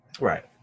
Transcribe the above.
Right